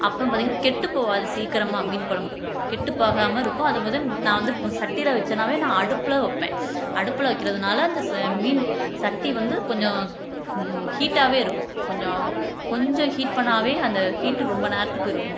அப்புறம் பார்த்திங்கன்னா கெட்டுப் போகாது சீக்கிரமாக மீன் குழம்பு கெட்டுப்போகாமல் இருக்கும் அது வந்து நான் வந்து சட்டியில் வச்சோனாவே நான் அடுப்பில் வைப்பேன் அடுப்பில் வைக்கிறதுனால அந்த மீன் சட்டி வந்து கொஞ்சம் ஹீட்டாகவே இருக்கும் கொஞ்சம் கொஞ்சம் ஹீட் பண்ணிணாவே அந்த ஹீட் ரொம்ப நேரத்துக்கு இருக்கும்